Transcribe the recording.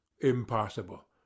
impossible